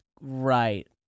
Right